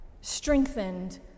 strengthened